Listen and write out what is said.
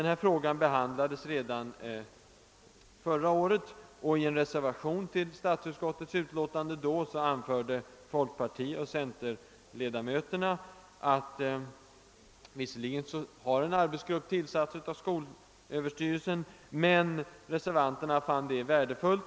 Samma förslag behandlades redan förra året, och i en reservation till statsutskottets utlåtande framhöll då folkpartioch centerpartiledamöterna att en arbetsgrupp hade tillsatts i skolöverstyrelsen, vilket reservanterna fann värdefullt.